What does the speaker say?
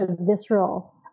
visceral